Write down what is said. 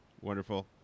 wonderful